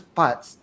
parts